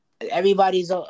everybody's